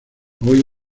hoy